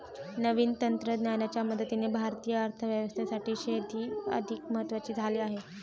नवीन तंत्रज्ञानाच्या मदतीने भारतीय अर्थव्यवस्थेसाठी शेती अधिक महत्वाची झाली आहे